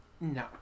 no